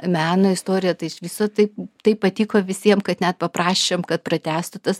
meno istorija viso tai taip patiko visiem kad net paprašėm kad pratęstų tas